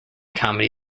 comedy